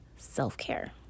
self-care